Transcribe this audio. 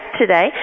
today